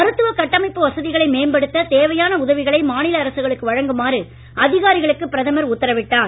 மருத்துவ கட்டமைப்பு வசதிகளை மேம்படுத்த தேவையான உதவிகளை மாநில அரசுகளுக்கு வழங்குமாறு அதிகாரிகளுக்கு பிரதமர் உத்தரவிட்டார்